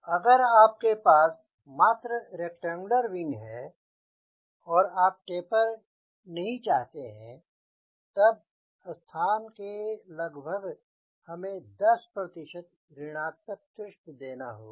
अगर आपके पास मात्र रेक्टैंगुलर विंग है और आप टेपर नहीं चाहते हैं तब स्थान के लगभग हमें 10 ऋणात्मक ट्विस्ट देना होगा